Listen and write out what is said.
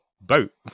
Boat